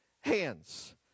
hands